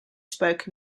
spoken